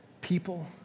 people